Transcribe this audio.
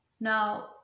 Now